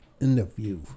interview